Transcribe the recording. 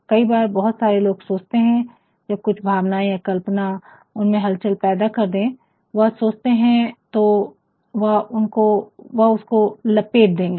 कई बार बहुत सारे लोग सोचते हैं जब कुछ भावनाएं या कल्पना उन में हलचल पैदा कर दे वह सोचते हैं तो वह उसको लपेट देंगे